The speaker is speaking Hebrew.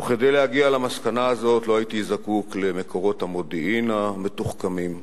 וכדי להגיע למסקנה הזאת לא הייתי זקוק למקורות המודיעין המתוחכמים,